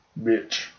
bitch